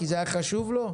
כי זה היה חשוב לו?